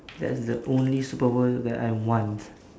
that's the only superpower that I want